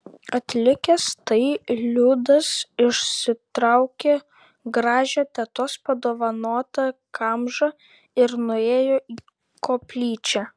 atlikęs tai liudas išsitraukė gražią tetos padovanotą kamžą ir nuėjo į koplyčią